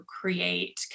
create